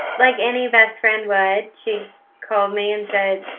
like any best friend would. she called me and said,